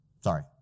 Sorry